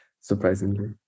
surprisingly